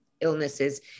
illnesses